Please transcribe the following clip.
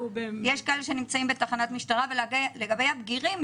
ולגבי הבגירים,